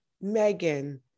Megan